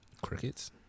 Crickets